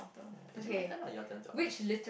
is it my turn or your turn to ask